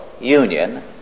union